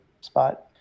spot